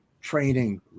training